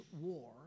war